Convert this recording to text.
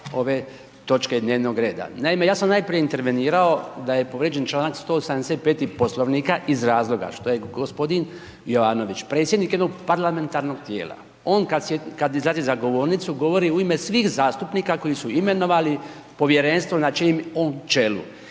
ove točke dnevnog reda. Naime, ja sam najprije intervenirao da je povrijeđen članak .../Govornik se ne razumije./... Poslovnika iz razloga što je gospodin Jovanović, predsjednik jednog parlamentarnog tijela, on kada izlazi za govornicu govori u ime svih zastupnika koji su imenovali povjerenstvo na čijem je on čelu.